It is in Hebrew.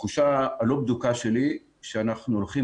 התחושה הלא בדוקה שלי היא שאנחנו הולכים